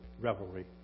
revelry